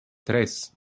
tres